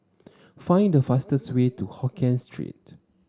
find the fastest way to Hokien Street